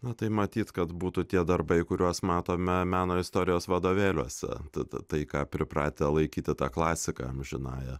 na tai matyt kad būtų tie darbai kuriuos matome meno istorijos vadovėliuose tada tai ką pripratę laikyti ta klasika amžinąja